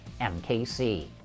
MKC